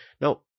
Now